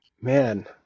Man